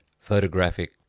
photographic